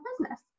business